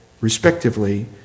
respectively